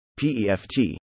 PEFT